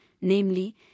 namely